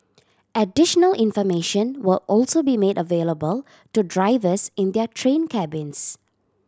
additional information will also be made available to drivers in their train cabins